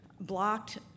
blocked